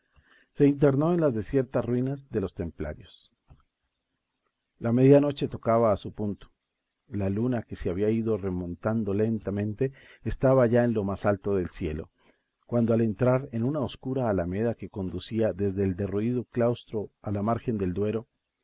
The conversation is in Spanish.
se internó en las desiertas ruinas de los templarios la medianoche tocaba a su punto la luna que se había ido remontando lentamente estaba ya en lo más alto del cielo cuando al entrar en una oscura alameda que conducía desde el derruido claustro a la margen del duero